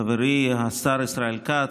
חברי השר ישראל כץ,